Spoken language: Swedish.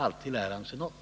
Alltid lär han sig något.